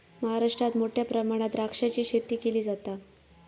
महाराष्ट्रात मोठ्या प्रमाणात द्राक्षाची शेती केली जाता